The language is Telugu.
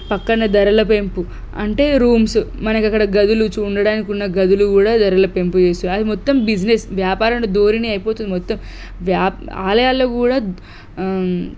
ప్రక్కన ధరల పెంపు అంటే రూమ్స్ మనకు అక్కడ గదులు ఉండడానికి ఉన్న గదులు కూడా ధరల పెంపు చేస్తున్నారు అది మొత్తం బిజినెస్ వ్యాపారణ ధోరణి అయిపోతుంది మొత్తం వ్యా ఆలయాల్లో కూడా